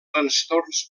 trastorns